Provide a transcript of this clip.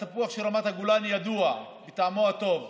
התפוח של רמת הגולן ידוע בטעמו הטוב.